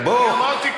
אני אמרתי: כן.